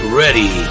ready